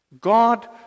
God